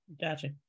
Gotcha